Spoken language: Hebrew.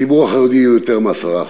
הציבור החרדי הוא יותר מ-10%,